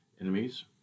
enemies